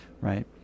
right